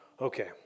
Okay